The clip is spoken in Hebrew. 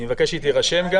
אני מבקש שהיא תירשם.